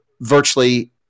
virtually